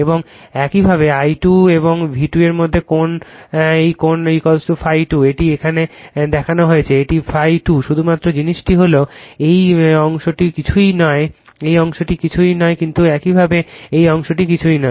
এবং একইভাবে I2 এবং V2 এর মধ্যে কোণ এই কোণ ∅ 2 এটি এখানে দেখানো হয়েছে এটি ∅ 2 শুধুমাত্র জিনিসটি হল এই অংশটি কিছুই নয় এই অংশটি কিছুই নয় কিন্তু একইভাবে এই অংশটি কিছুই নয়